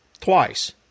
twice